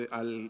al